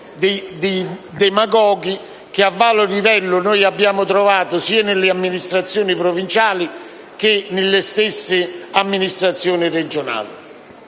dei demagoghi che, a vario livello, abbiamo trovato sia nelle amministrazioni provinciali, che nelle stesse amministrazioni regionali.